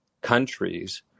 countries